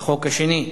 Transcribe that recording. בחוק השני.